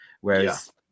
Whereas